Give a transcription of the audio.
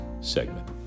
segment